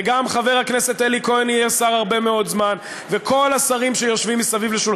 וגם חבר הכנסת אלי כהן יהיה שר הרבה מאוד זמן וכל השרים שיושבים מסביב.